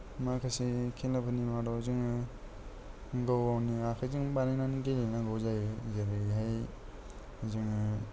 माखासे खेलाफोरनि मादाव जोङो गाव गावनो आखायजों बानायनानै गेलेनांगौ जायो जेरैहाय जोङो